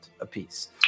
apiece